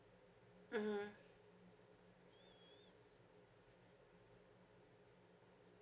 mmhmm